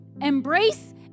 embrace